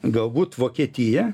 galbūt vokietiją